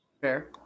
Fair